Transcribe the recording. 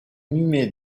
inhumé